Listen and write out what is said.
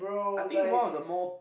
I think one of the more